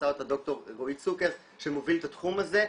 עשה אותה ד"ר רועי צוקר שמוביל את התחום הזה.